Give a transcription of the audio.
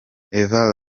eva